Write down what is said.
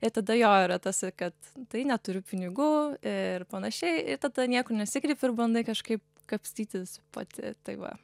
ir tada jo yra tas ir kad tai neturiu pinigų ir panašiai tada niekur nesikreipi ir bandai kažkaip kapstytis pati tai va